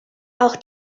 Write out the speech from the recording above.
auch